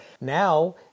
Now